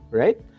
right